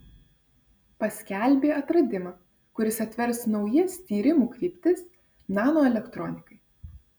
paskelbė atradimą kuris atvers naujas tyrimų kryptis nanoelektronikai